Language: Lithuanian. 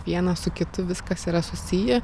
vienas su kitu viskas yra susiję